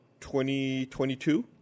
2022